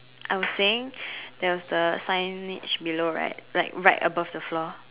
I was saying there was the signage below right like above the floor